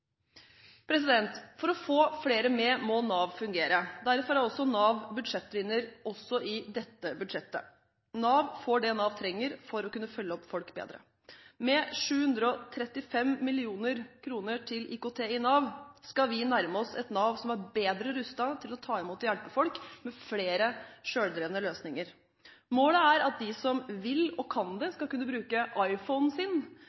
For å få flere med må Nav fungere. Derfor er Nav vinner også i dette budsjettet. Nav får det Nav trenger for å kunne følge opp folk bedre. Med 735 mill. kr til IKT i Nav skal vi nærme oss et Nav som er bedre rustet til å ta imot og hjelpe folk, med flere selvdrevne løsninger. Målet er at de som vil og kan det, skal kunne bruke iPhonen sin